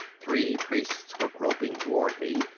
three priests were groping toward me,